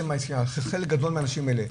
חלק גדול מהנשים האלה,